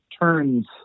turns